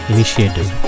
Initiative